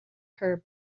her